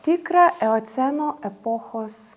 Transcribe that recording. tikrą eoceno epochos